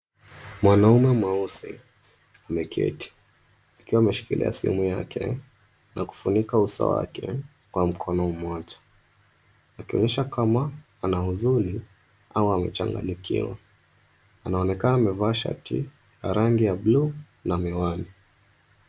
Mwanaume mweusi ameketi, akiwa ameshikilia simu yake na kufunika uso wake kwa mkono mmoja, akionyesha kama ana huzuni au amechanganyikiwa, anaonekana amevaa shati ya rangi ya blue na miwani.